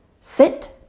sit